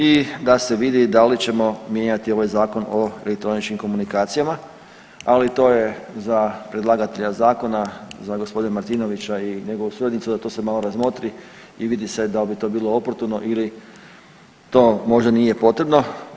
I da se vidi da li ćemo mijenjati ovaj Zakon o elektroničkim komunikacijama, ali to je za predlagatelja zakona, za gospodina Martinovića i njegovu suradnicu da to sve malo razmotri i vidi se da li bi to bilo oportuno ili to možda nije potrebno.